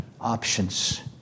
options